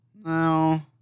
No